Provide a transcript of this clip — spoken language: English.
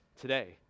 today